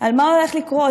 מה הולך לקרות?